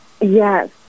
Yes